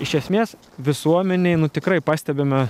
iš esmės visuomenėj nu tikrai pastebime